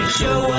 show